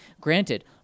Granted